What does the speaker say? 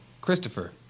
Christopher